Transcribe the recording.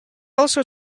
also